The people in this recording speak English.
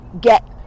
get